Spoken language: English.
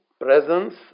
presence